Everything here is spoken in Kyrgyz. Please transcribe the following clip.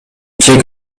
чек